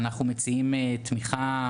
צריך לזכור שיש אוכלוסיות שמועדות יותר להיפגע,